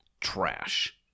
Trash